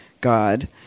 God